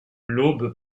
l’aube